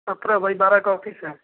सत्रह बाइ बारह का अफीस है